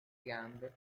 gambe